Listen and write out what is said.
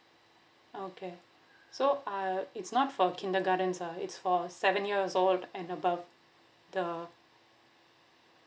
okay so I'll it's not for kindergartens ah it's for seven years old and above the